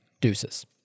Deuces